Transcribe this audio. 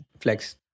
Flex